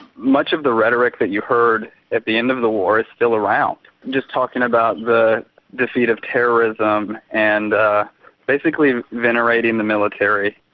much of the rhetoric that you heard at the end of the war is still around, just talking about the defeat of terrorism and ah basically venerating the military,